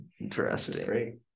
interesting